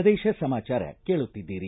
ಪ್ರದೇಶ ಸಮಾಚಾರ ಕೇಳುತ್ತಿದ್ದೀರಿ